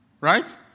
right